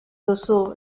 duzu